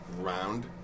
round